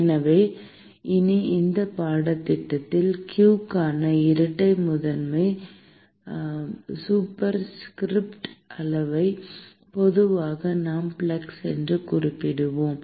எனவே இனி இந்த பாடத்திட்டத்தில் q க்கான இரட்டை முதன்மை சூப்பர்ஸ்கிரிப்ட் அளவை பொதுவாக நாம் ஃப்ளக்ஸ் என்று குறிப்பிடுவோம்